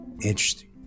Interesting